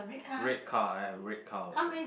red car I have red car also